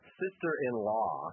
sister-in-law